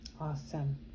Awesome